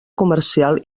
comercial